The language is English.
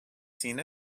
seen